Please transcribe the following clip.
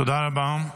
תודה רבה.